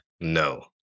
no